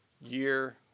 year